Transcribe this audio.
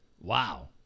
wow